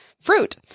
fruit